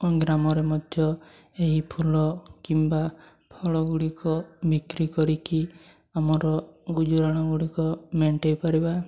ଗ୍ରାମରେ ମଧ୍ୟ ଏହି ଫୁଲ କିମ୍ବା ଫଳ ଗୁଡ଼ିକ ବିକ୍ରି କରିକି ଆମର ଗୁଜୁରାଣ ଗୁଡ଼ିକ ମେଣ୍ଟାଇ ପାରିବା